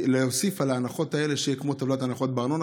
להוסיף על ההנחות האלה כך שזה יהיה כמו טבלת הנחות בארנונה.